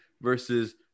versus